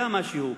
היה משהו,